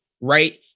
right